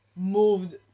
moved